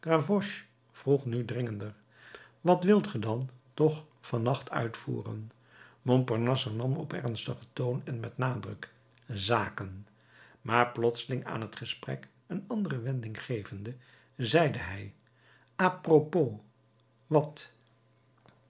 vroeg nu dringender wat wilt ge dan toch van nacht uitvoeren montparnasse hernam op ernstigen toon en met nadruk zaken maar plotseling aan het gesprek een andere wending gevende zeide hij apropos wat